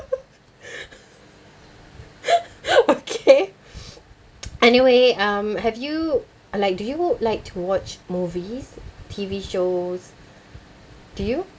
okay anyway um have you like do you like to watch movies T_V shows do you